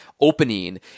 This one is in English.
opening